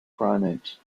primates